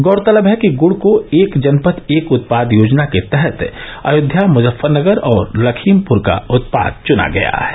गौरतलब है कि गुड़ को एक जनपद एक उत्पाद योजना के तहत अयोध्या मुजफ्फरनगर और लखीमपुर का उत्पाद चुना गया है